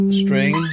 string